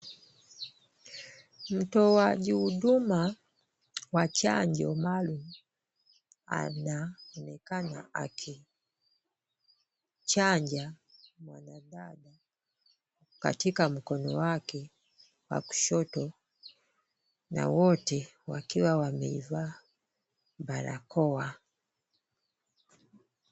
Mtoaji huduma wa chanjo maalum ,anaonekana akichanja mwanadada katika mkono wake wa kushoto na wote wakiwa wameivaa barakoa.